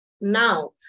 now